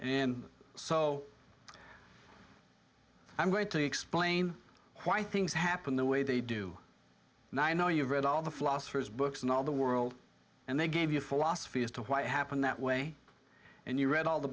in so i'm going to explain why things happen the way they do and i know you've read all the philosophers books not the world and they gave you a philosophy as to why it happened that way and you read all the